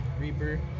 Reaper